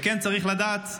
וכן צריך לדעת,